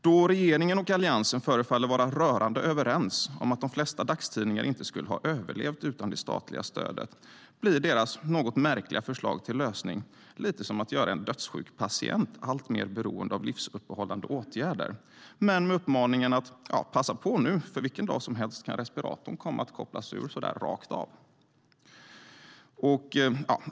Då regeringen och Alliansen förefaller vara rörande överens om att de flesta dagstidningar inte skulle ha överlevt utan det statliga stödet blir deras något märkliga förslag till lösning lite som att göra en dödssjuk patient alltmer beroende av livsuppehållande åtgärder, med uppmaningen att passa på nu, för vilken dag som helst kan respiratorn komma att kopplas ur.